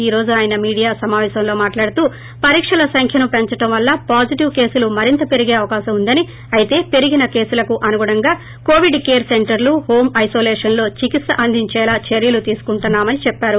ఈ రోజు ఆయన మీడియా సమాపేశంలో మాట్లాడుతూ పరీక్షల సంఖ్యను పెంచడం వల్ల పాజిటివ్ కేసులు మరింత పెరిగే అవకాశం ఉందని అయితే పెరిగిన కేసులకు అనుగుణంగా కోవిడ్ కేర్ సెంటర్లు హోమ్ ఐనోలేషన్ లో చికిత్ప అందించేలా చర్యలు తీసుకుంటున్నా మని చెప్పారు